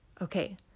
Okay